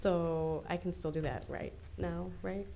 so i can still do that right now right